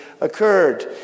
occurred